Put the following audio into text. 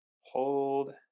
hold